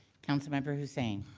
councilmember hussain.